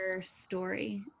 story